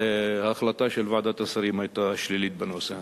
ההחלטה של ועדת השרים היתה שלילית בנושא הזה.